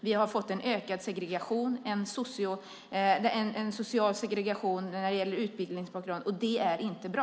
Vi har fått en ökad segregation, en social segregation när det gäller utbildningsbakgrund, och det är inte bra.